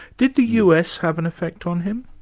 did the u. s. have an effect on him?